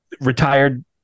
retired